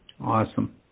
Awesome